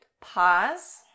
Pause